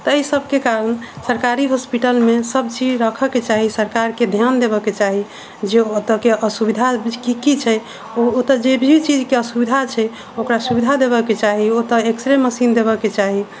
ताहि सभके कारण सरकारी हॉस्पिटलमे सभचीज रखऽके चाही सरकारके ध्यान देबऽके चाही जे ओ ओतऽके असुविधा की की छै ओतऽ जेभी चीजके असुविधा छै ओकरा सुविधा देबऽके चाही ओतऽ एक्स रे मशीन देबऽके चाही